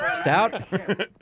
stout